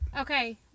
Okay